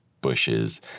bushes